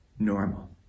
normal